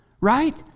right